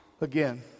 again